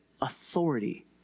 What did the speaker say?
authority